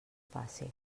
fàcil